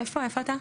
איפה, איפה אתה?